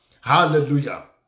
Hallelujah